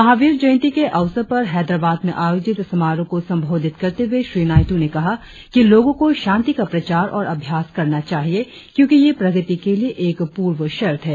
महावीर जयंती के अवसर पर हैदराबाद में आयोजित समारोह को संबोधित करते हुए श्री नायडू ने कहा कि लोगों को शांति का प्रचार और अभ्यास करना चाहिए क्योंकि यह प्रगति के लिए एक पूर्व शर्त है